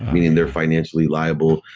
meaning they're financially liable.